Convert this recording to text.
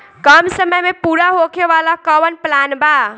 कम समय में पूरा होखे वाला कवन प्लान बा?